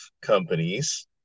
companies